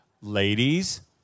Ladies